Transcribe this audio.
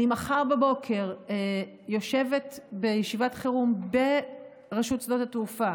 אני מחר בבוקר יושבת בישיבת חירום ברשות שדות התעופה